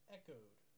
echoed